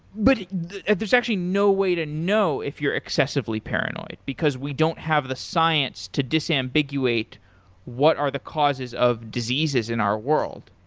but there's actually no way to know if you're excessively paranoid, because we don't have the science to disambiguate what are the causes of diseases in our world.